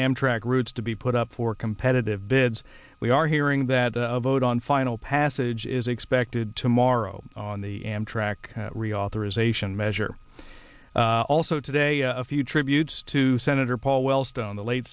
amtrak routes to be put up for competitive bids we are hearing that a vote on final passage is expected tomorrow on the amtrak reauthorization measure also today a few tributes to senator paul wellstone